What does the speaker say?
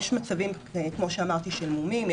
יש מצבים כמו שאמרתי של מומים,